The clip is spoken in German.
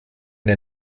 der